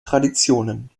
traditionen